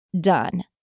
done